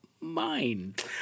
mind